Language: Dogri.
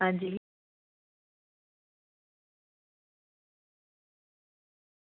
अंजी